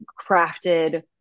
crafted